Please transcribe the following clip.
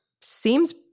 seems